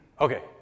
Okay